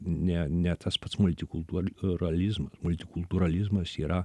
ne ne tas pats multikultūralizmo multikultūralizmas yra